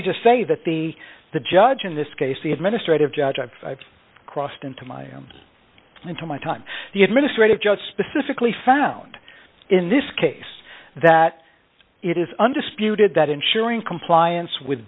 me just say that the the judge in this case the administrative judge i've crossed into my own into my time the administrative judge specifically found in this case that it is undisputed that ensuring compliance with